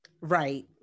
right